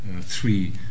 three